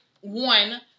one